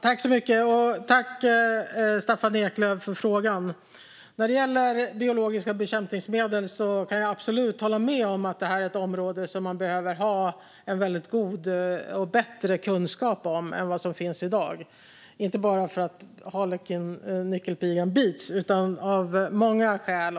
Fru talman! Jag tackar Staffan Eklöf för frågan. När det gäller biologiska bekämpningsmedel kan jag absolut hålla med om att det här är ett område som man behöver ha väldigt god kunskap om, bättre än vad som finns i dag - inte bara för att harlekinnyckelpigan bits, utan av många skäl.